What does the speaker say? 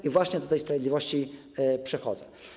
I właśnie do tej sprawiedliwości przechodzę.